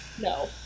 No